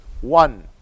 One